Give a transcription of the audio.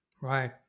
Right